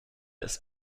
ist